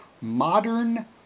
modern